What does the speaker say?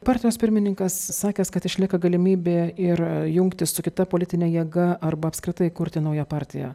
partijos pirmininkas sakęs kad išlieka galimybė ir jungtis su kita politine jėga arba apskritai kurti naują partiją